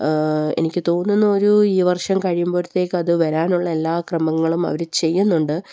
എനിക്ക് തോന്നുന്നു ഒരു ഈ വർഷം കഴിയുമ്പോഴത്തേക്ക് അത് വരാനുള്ള എല്ലാ ക്രമീകരണങ്ങളും അവര് ചെയ്യുന്നുണ്ട്